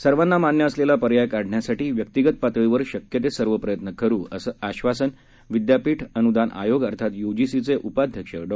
सर्वांना मान्य असलेला पर्याय काढण्यासाठी व्यक्तीगत पातळीवर शक्य ते सर्व प्रयत्न करु असं आश्वासन विदयापीठ अनुदान आयोग अर्थात य्जीसीचे उपाध्यक्ष डॉ